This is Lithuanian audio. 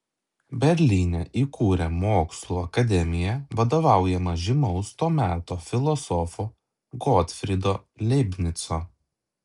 berlyne įkūrė mokslų akademiją vadovaujamą žymaus to meto filosofo gotfrydo leibnico